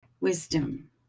wisdom